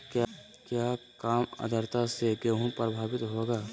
क्या काम आद्रता से गेहु प्रभाभीत होगा?